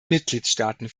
mitgliedstaaten